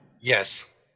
Yes